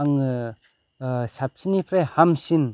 आङो साबसिननिफ्राय हामसिन